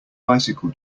bicycle